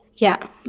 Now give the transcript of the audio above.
yeah,